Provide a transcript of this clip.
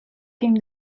came